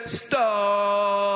star